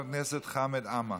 ואחריה, חבר הכנסת חמד עמאר.